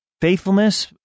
Faithfulness